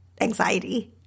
anxiety